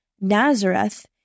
Nazareth